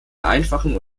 einfachen